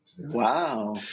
Wow